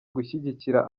gushyigikira